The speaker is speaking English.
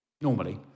normally